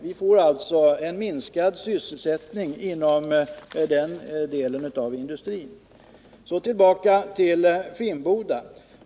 Vi får alltså en minskad sysselsättning inom den delen av industrin. Så tillbaka till Finnboda.